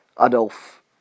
Adolf